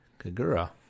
Kagura